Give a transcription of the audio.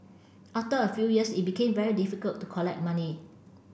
after a few years it became very difficult to collect money